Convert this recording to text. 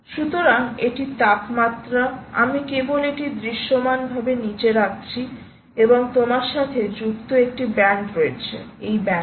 সুতরাং এটি তাপমাত্রা আমি কেবল এটি দৃশ্যমানভাবে নিচে রাখছি এবং তোমার সাথে যুক্ত একটি ব্যান্ড রয়েছে এই ব্যান্ড